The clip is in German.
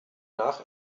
nach